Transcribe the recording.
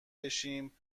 بشیم